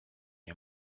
nie